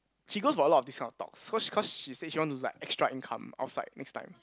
she goes for a lot of this kind of talks cause cause she say she want to like extra income outside next time